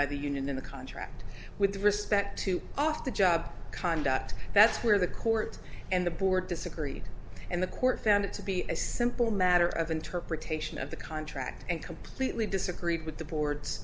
by the union in the contract with respect to off the job conduct that's where the court and the board disagreed and the court found it to be a simple matter of interpretation of the contract and completely disagreed with the board